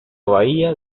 bahía